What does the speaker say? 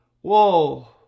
whoa